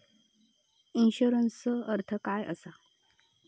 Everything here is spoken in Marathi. इन्शुरन्सचो अर्थ काय असा?